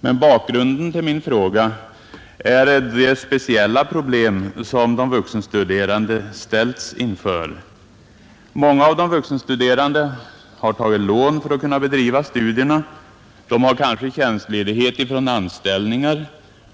Men bakgrunden till min fråga är det speciella problem som de vuxenstuderande ställs inför. Många av de vuxenstuderande har tagit lån för att kunna bedriva studierna. De har kanske tjänstledighet från anställningar.